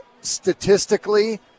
statistically